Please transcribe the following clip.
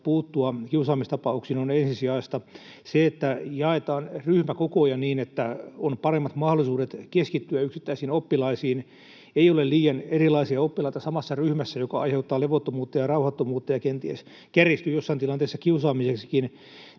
puuttua kiusaamistapauksiin, on ensisijaista. Jaetaan ryhmäkokoja niin, että on paremmat mahdollisuudet keskittyä yksittäisiin oppilaisiin. Ei ole liian erilaisia oppilaita samassa ryhmässä, mikä aiheuttaa levottomuutta ja rauhattomuutta ja kenties kärjistyy jossain tilanteessa kiusaamiseksikin.